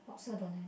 lobster don't have